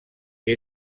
que